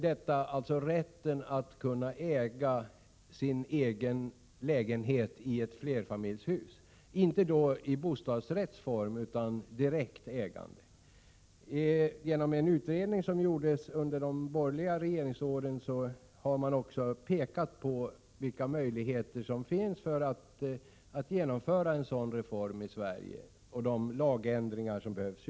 Det gäller här rätten att äga sin egen lägenhet i ett flerfamiljshus — alltså inte i bostadsrättsform utan som direkt ägande. I en utredning som gjordes under de borgerliga regeringsåren har pekats på vilka möjligheter som finns att genomföra en sådan reform i Sverige och de lagändringar som behövs.